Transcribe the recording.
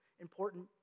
important